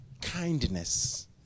Kindness